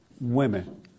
women